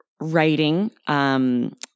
writing –